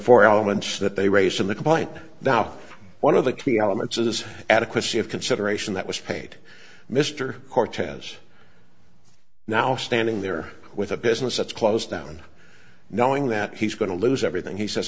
four elements that they raised in the complaint now one of the key elements is adequacy of consideration that was paid mr cortez now standing there with a business that's closed down knowing that he's going to lose everything he says